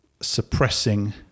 suppressing